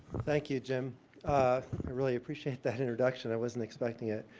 thank you, jim. i really appreciate that introduction. i wasn't expecting it.